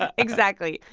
ah exactly.